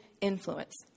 influence